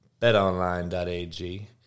betonline.ag